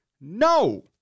No